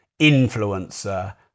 influencer